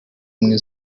ubumwe